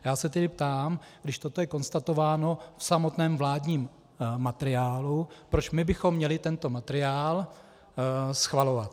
Já se tedy ptám, když toto je konstatováno v samotném vládním materiálu, proč my bychom měli tento materiál schvalovat?